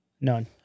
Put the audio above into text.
none